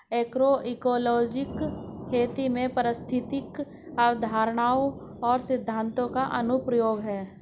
agroecology खेती में पारिस्थितिक अवधारणाओं और सिद्धांतों का अनुप्रयोग है